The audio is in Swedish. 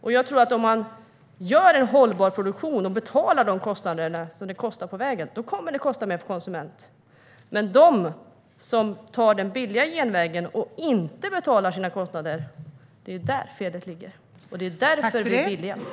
Om man gör en hållbar produktion och betalar de kostnader som uppstår på vägen kommer det att kosta mer för konsumenten. Men det är hos dem som tar den billiga genvägen och inte betalar sina kostnader som felet ligger. Det är därför det är billigt.